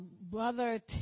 Brother